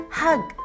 hug